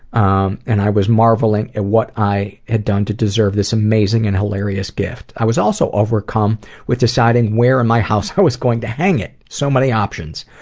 um and i was marveling at what i had done to deserve this amazing and hilarious gift. i was also overcome with deciding where in my house i was going to hang it. so many options.